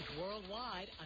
worldwide